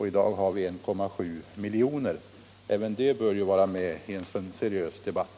I dag har vi 2,7 miljoner. Även detta bör vara med i en seriös debatt.